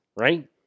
right